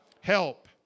Help